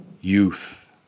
youth